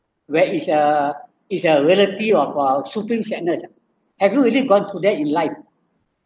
where is a is a reality of uh supreme sadness ah have you really gone through that in life